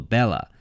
Bella